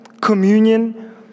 communion